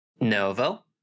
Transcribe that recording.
Novo